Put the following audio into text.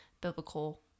biblical